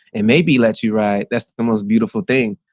and maybe let you right that's the most beautiful thing.